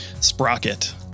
Sprocket